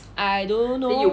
I don't know